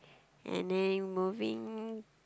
and then moving